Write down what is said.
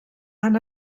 han